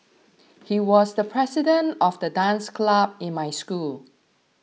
he was the president of the dance club in my school